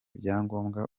byangombwa